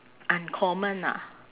uncommon ah